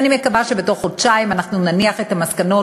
ואני מקווה שבתוך חודשיים נניח את המסקנות,